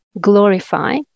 glorify